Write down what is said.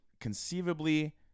conceivably